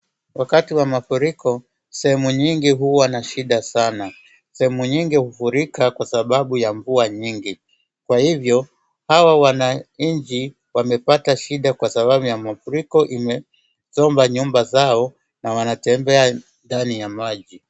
Wakati wa mafuriko sehemu nyingi huwa na shida sana. Sehemu nyingi hufurika kwa sababu ya mvua nyingi. Kwa hivyo hawa wananchi wamepata shida kwa sababu ya mafuriko imesomba nyumba zao na wanatembea ndani ya maji.